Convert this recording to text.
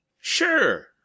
Sure